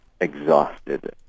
exhausted